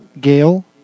Gail